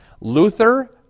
Luther